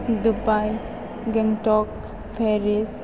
Dubai Gangtok Paris